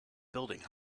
building